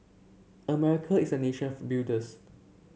America is a nation of builders